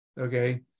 okay